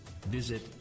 visit